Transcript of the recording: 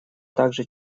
также